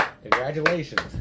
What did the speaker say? Congratulations